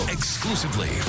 Exclusively